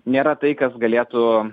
nėra tai kas galėtų